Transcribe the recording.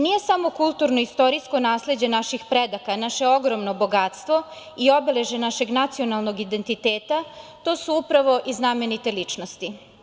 Nije samo kulturno-istorijsko nasleđe naših predaka, naše ogromno bogatstvo i obeležje našeg nacionalnog identiteta, to su upravo i znamenite ličnosti.